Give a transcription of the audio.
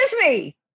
Disney